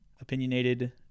opinionated